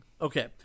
Okay